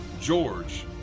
George